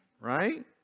right